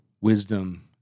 wisdom